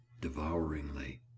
devouringly